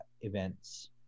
events